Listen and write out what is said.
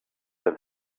than